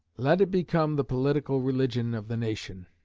let it become the political religion of the nation.